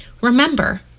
Remember